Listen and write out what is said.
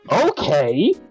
Okay